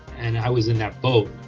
and i was in that boat,